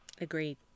Agreed